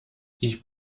ich